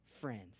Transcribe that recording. friends